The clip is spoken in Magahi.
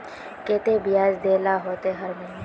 केते बियाज देल ला होते हर महीने?